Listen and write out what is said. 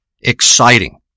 exciting